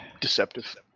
Deceptive